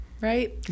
right